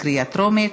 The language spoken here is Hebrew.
בקריאה טרומית.